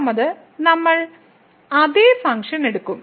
രണ്ടാമത് നമ്മൾ അതേ ഫംഗ്ഷൻ എടുക്കും